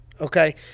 okay